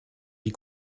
die